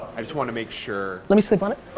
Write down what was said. i just wanted to make sure. let me sleep on it,